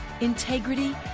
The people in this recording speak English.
integrity